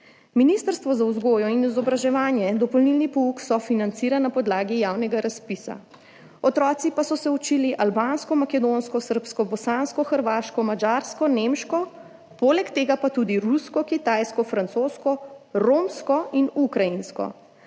Ministrstvo za vzgojo in izobraževanje dopolnilni pouk sofinancira na podlagi javnega razpisa, otroci pa so se učili albansko, makedonsko, srbsko, bosansko, hrvaško, madžarsko, nemško, poleg tega pa tudi rusko, kitajsko, francosko, romsko in ukrajinsko.